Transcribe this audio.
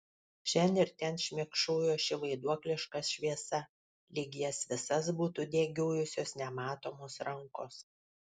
šen ir ten šmėkšojo ši vaiduokliška šviesa lyg jas visas būtų degiojusios nematomos rankos